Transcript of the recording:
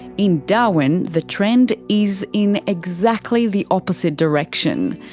in darwin the trend is in exactly the opposite direction.